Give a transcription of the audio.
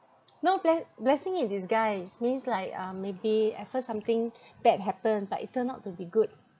no ble~ blessing in disguise means like uh maybe at first something bad happen but it turned out to be good